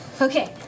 Okay